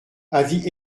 avis